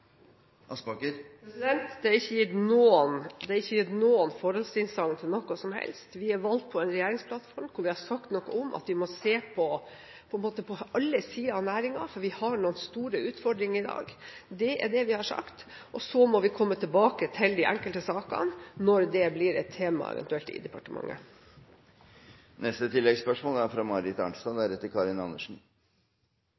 Det er ikke gitt noen forhåndstilsagn til noe som helst. Vi er valgt på en regjeringsplattform hvor vi har sagt noe om at vi må se på alle sider av næringen, for vi har noen store utfordringer i dag. Det er det vi har sagt, og så må vi komme tilbake til de enkelte sakene når det eventuelt blir et tema i departementet. Marit Arnstad – til oppfølgingsspørsmål. Jeg skjønner at statsråden mener at det er